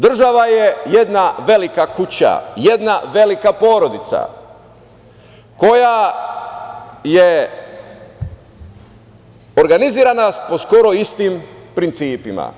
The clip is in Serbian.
Država je jedna velika kuća, jedna velika porodica koja je organizovana po skoro istim principima.